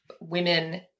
women